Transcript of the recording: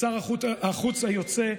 לשר החוץ היוצא,